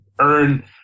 earn